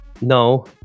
no